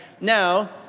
Now